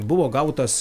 buvo gautas